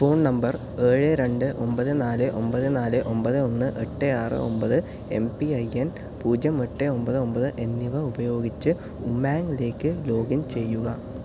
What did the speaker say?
phone number ഏഴ് രണ്ട് ഒമ്പത് നാല് ഒമ്പത് നാല് ഒമ്പത് ഒന്ന് എട്ട് ആറ് ഒമ്പത് എം പി ഐ എൻ പൂജ്യം എട്ട് ഒമ്പത് ഒമ്പത് എന്നിവ ഉപയോഗിച്ച് ഉമാങ്ങിലേക്ക് ലോഗിൻ ചെയ്യുക